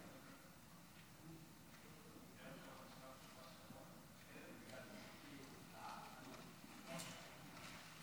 אדוני היושב-ראש, חבריי חברי הכנסת,